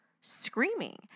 screaming